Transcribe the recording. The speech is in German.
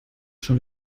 schon